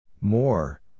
More